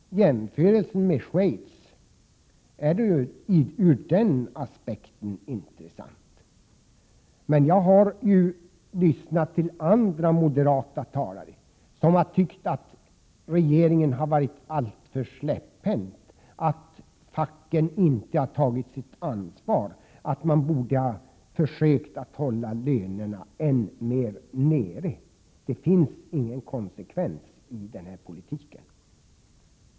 Jämförelsen med Schweiz är ur den aspekten intressant. Jag har emellertid lyssnat till andra moderata talare som har tyckt att regeringen varit alltför släpphänt, att facken inte har tagit sitt ansvar, att man borde ha försökt hålla lönerna nere ännu mer. Det finns ingen konsekvens i den politiken.